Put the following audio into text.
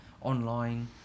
online